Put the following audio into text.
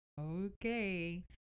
okay